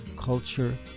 culture